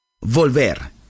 Volver